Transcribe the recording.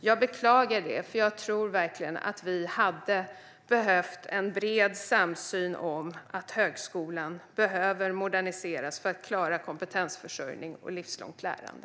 Jag beklagar det, för jag tror verkligen att vi hade behövt en bred samsyn på att högskolan behöver moderniseras för att klara kompetensförsörjning och livslångt lärande.